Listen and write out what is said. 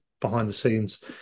behind-the-scenes